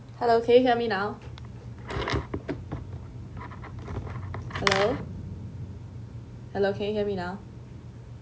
hello can you hear me now hello hello can you hear me now